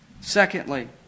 Secondly